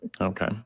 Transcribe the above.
okay